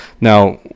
Now